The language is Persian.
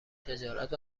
تجارت